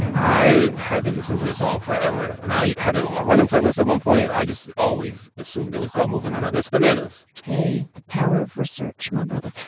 i haven't listened to this song forever. and i had it on a running playlist at one point. i just always assumed it was called movin' on up. that's bananas hey the power of research, my brother